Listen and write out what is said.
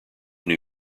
new